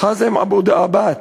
חאזם אבו דאבעאת,